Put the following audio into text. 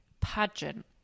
pageant